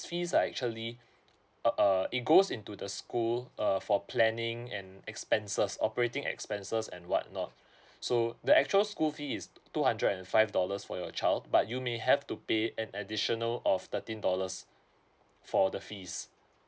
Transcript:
fees are actually uh uh it goes into the school uh for planning and expenses operating expenses and whatnot so the actual school fee is two hundred and five dollars for your child but you may have to pay an additional of thirteen dollars for the fees